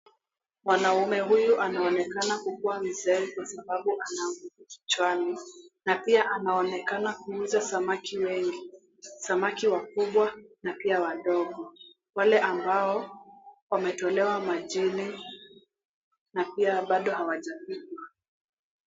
Mwanaume huyu anaonekana kuwa mzee kwa sababu ana mvi kichwani, na pia anaonekana kuuza samaki mengi, samaki wakubwa na pia wadogo wale ambao wametolewa majini na pia bado hawajapikwa.